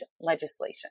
legislation